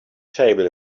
table